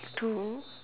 two